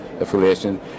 affiliation